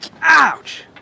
Ouch